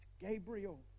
Gabriel